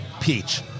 Peach